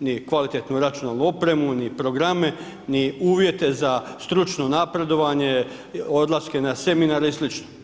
ni kvalitetnu računalnu opremu, ni programe, ni uvjete za stručno napredovanje, odlaske na seminare i sl.